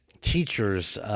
Teachers